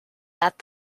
that